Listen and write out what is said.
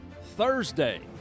Thursday